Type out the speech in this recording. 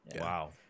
Wow